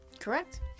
Correct